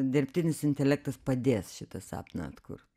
dirbtinis intelektas padės šitą sapną atkurt